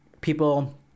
people